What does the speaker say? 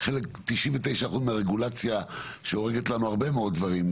ו-99% מהרגולציה שהורגת לנו הרבה מאוד דברים,